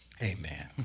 Amen